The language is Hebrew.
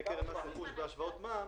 האחד, יש לנו הרבה מה לומר על קרן הניקיון.